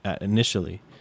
initially